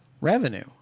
revenue